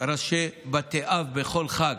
ראשי בתי אב בכל חג.